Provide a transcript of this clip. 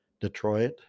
Detroit